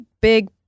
big